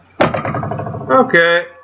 Okay